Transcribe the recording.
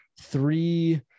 three